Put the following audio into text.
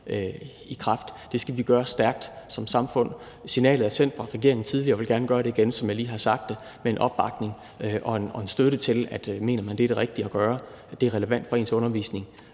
i kraft. Det skal vi gøre stærkt som samfund. Signalet er sendt fra regeringen tidligere, og jeg vil gerne gøre det igen – som jeg lige har sagt det – med en opbakning og en støtte til, at hvis man mener, det er det rigtige at gøre, og at det er relevant for ens undervisning,